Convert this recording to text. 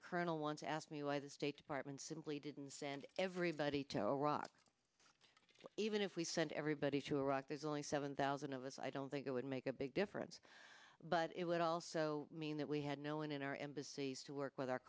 a colonel once asked me why the state department simply didn't send everybody to iraq even if we sent everybody to iraq there's only seven thousand of us i don't think that would make a big difference but it would also mean that we had no one in our embassies to work with